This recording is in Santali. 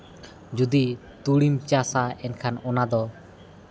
ᱡᱩᱫᱤ ᱛᱩᱲᱤᱢ ᱪᱟᱥᱟ ᱮᱱᱠᱷᱟᱱ ᱚᱱᱟ ᱫᱚ